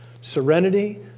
serenity